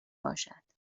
باشد